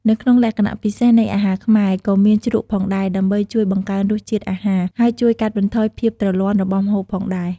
នៅក្នុងលក្ខណៈពិសេសនៃអាហារខ្មែរ ក៏មានជ្រក់ផងដែរ ដើម្បីជួយបង្កើនរសជាតិអាហារ ហើយជួយកាត់បន្ថយភាពទ្រលាន់របស់ម្ហូបផងដែរ។